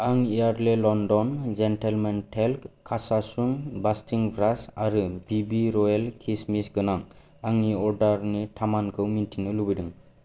आं Yardley London gentleman talc कासासुंक बास्टिं ब्रास आरो बि बि रयेल किसमिस गोनां आंनि अर्डारनि थामानखौ मिथिनो लुबैदों